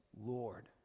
Lord